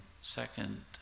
second